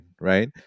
right